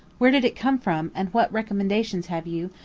where did it come from, and what recommendations have you,